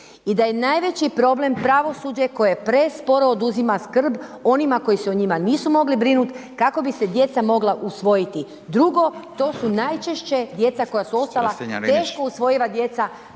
I da je najveći problem pravosuđe koje presporo oduzima skrb onima koji se o njima nisu mogli brinuti kako bi se djeca mogla usvojiti. Drugo, to su najčešće djeca koja su ostala teško usvojiva djeca,